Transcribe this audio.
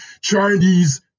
Chinese